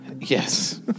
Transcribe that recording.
Yes